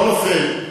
בכל אופן,